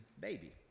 baby